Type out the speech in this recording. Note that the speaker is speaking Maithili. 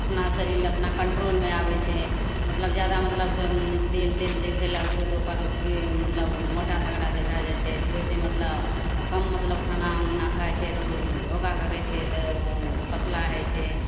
अपना शरीरलए अपना कन्ट्रोलमे आबै छै मतलब जादा मतलबसे तेल तेल जे खएलक तऽ ओकर पर मतलब मोटा तगड़ा जे भै जाए छै तऽ ओहिसे मतलब अँ कम मतलब खाना उना खाइ छै तऽ ओ योगा करै छै तऽ ओ पतला होइ छै